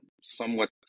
somewhat